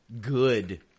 good